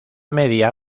media